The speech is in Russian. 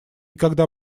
когда